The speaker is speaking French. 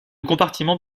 compartiment